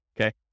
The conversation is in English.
okay